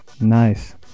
nice